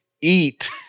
eat